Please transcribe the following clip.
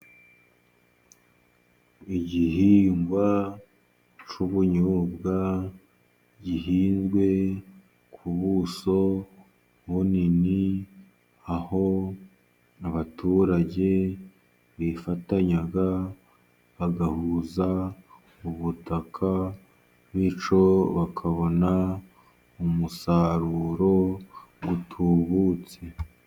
igihingwa c'ubunyobwa gihinzwe ku buso bunini aho abaturage bifatanyaga bagahuza ubutaka mico bakabona umusaruro utubutse